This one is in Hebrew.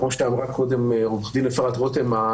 כמו שאמרה קודם עורכת הדין אפרת רותם,